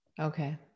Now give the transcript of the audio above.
Okay